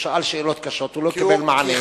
הוא שאל שאלות קשות, הוא לא קיבל מענה,